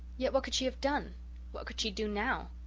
yet what could she have done what could she do now?